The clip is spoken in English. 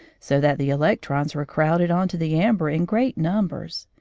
so that the electrons were crowded on to the amber in great numbers.